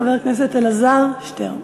חבר הכנסת אלעזר שטרן.